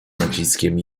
naciskiem